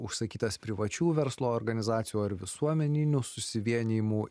užsakytas privačių verslo organizacijų ar visuomeninių susivienijimų